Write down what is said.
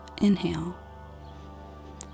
Inhale